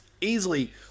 easily